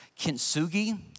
kintsugi